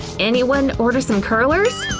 anyone order some curlers?